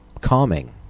calming